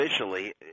officially